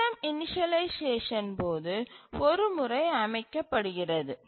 system initialization போது ஒரு முறை அமைக்க படுகிறது